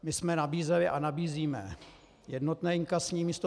My jsme nabízeli a nabízíme jednotné inkasní místo.